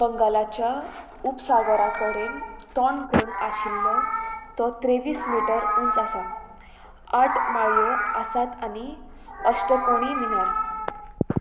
बंगालाच्या उपसागरा कडेन तोंड करून आशिल्लो तो त्रेवीस मिटर उंच आसा आठ माळयो आसात आनी अष्टकोणी मिनर